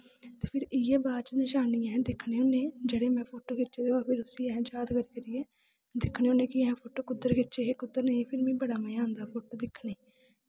फिर इ'यै बाद च नशानियां अस दिक्खने होन्नें जेह्ड़े में फोटो खिच्चे दे उस्सी असें जाद करी करियै दिक्खने होन्नें कि असें फोटो कुद्धर खिच्चे हे कुद्धर नेईं फिर मिगी बड़ा मजा आंदा फोटो दिक्खने गी